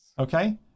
Okay